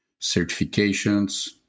certifications